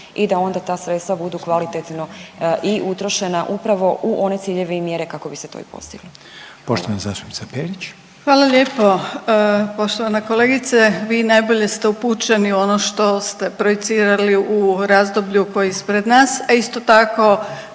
i da onda ta sredstva budu kvalitetno i utrošena upravo u one ciljeve i mjere kako bi se to i postiglo. Poštovana zastupnica Perić. **Perić, Grozdana (HDZ)** Hvala lijepo poštovana kolegice. Vi najbolje ste upućeni u ono što ste projicirali u razdoblju koje je ispred nas, a isto tako